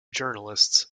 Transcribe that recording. journalists